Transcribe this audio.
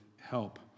help